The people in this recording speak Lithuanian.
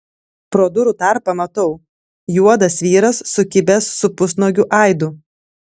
pro durų tarpą matau juodas vyras sukibęs su pusnuogiu aidu